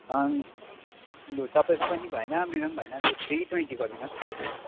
लु तपाईँको पनि भएन मेरो पनि भएन लु थ्री ट्वेन्टी गरिदिनुहोस् न त